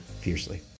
fiercely